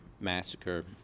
massacre